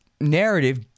narrative